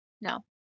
No